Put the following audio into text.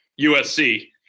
USC